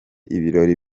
ibirori